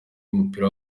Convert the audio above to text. y’umupira